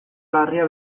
larria